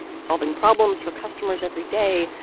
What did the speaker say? solving problems for customers every day,